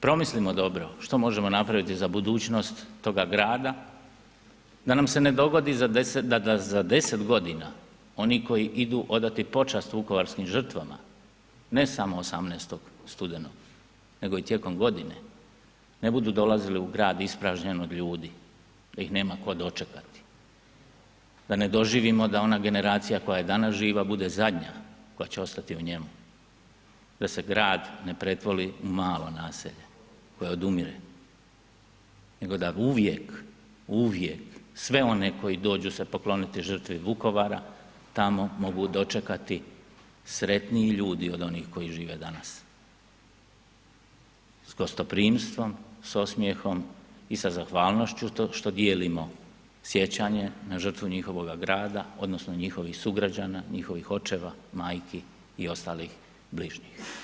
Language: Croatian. Promislimo dobro što možemo napraviti za budućnost toga grada da nam se ne dogodi da za 10 g. oni koji idu odati počast vukovarskim žrtvama ne samo 18. studenog nego i tijekom godine, ne budu dolazili u grad ispražnjen od ljudi kojih nema tko dočekati, da ne doživimo da ona generacija koja je danas, bude zadnja koja će ostati u njemu, da se grad ne pretvori u malo naselje koje odumire nego da uvijek, uvijek sve one koji dođu se pokloniti žrtvi Vukovara, tamo mogu dočekati sretniji ljudi od onih koji žive danas, s gostoprimstvom, s osmijehom i sa zahvalnošću što dijelimo sjećanje na žrtve njihovoga grada odnosno njihovih sugrađana, njihovih očeva, majki i ostalih bližnjih.